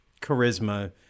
charisma